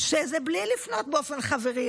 בלי לפנות באופן חברי,